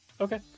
Okay